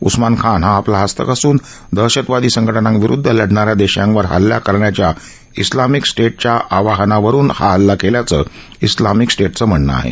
उस्मान खान हा आपला हस्तक असून दहशतवादी संघटनांविरुद्ध लढणाऱ्या देशांवर हल्ला करण्याच्या इस्लामिक स्टेटच्या आवाहनावरून हा हल्ला केल्याचं इस्लामिक स्टेटचं म्हणणं आहे